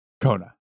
Kona